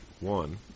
One